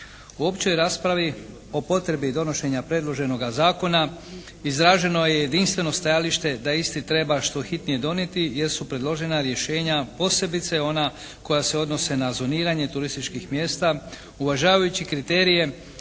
U općoj raspravi o potrebi donošenja predložena zakona izraženo je jedinstveno stajalište da isti treba što hitnije donijeti jer su predloženo rješenja, posebice ona koja se odnose na zoniranje turističkih mjesta uvažavajući kriterije